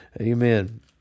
Amen